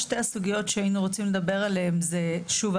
שתי הסוגיות שהיינו רוצים לדבר עליהן זה שוב,